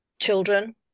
children